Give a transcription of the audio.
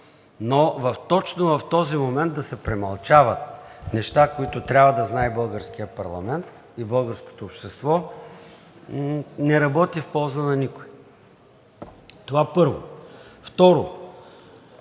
но точно в този момент да се премълчават неща, които трябва да знае българският парламент и българското общество, не работи в полза на никого, това е първо. Второ,